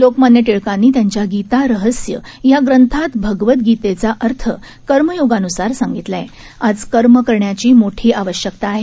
लोकमान्यटिळकांनीत्यांच्यागीतारहस्ययाग्रंथातभगवदगीतेचाअर्थकर्मयोगान्सारसांगितलाआहे आजकर्मकरण्याचीमोठीआवश्यकताआहे